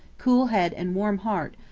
cool head and warm heart,